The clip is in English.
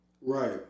Right